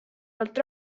poolt